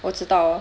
我知道 ah